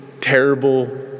terrible